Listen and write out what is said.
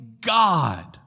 God